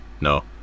No